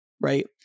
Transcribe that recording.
Right